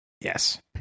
Yes